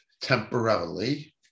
temporarily